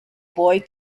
boy